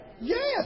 Yes